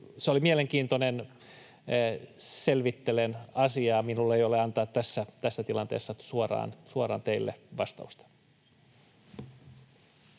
se oli mielenkiintoinen: selvittelen asiaa. Minulla ei ole antaa tässä tilanteessa suoraan teille vastausta.